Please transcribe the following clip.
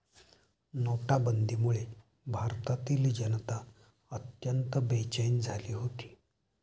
नोटाबंदीमुळे भारतातील जनता अत्यंत बेचैन झाली होती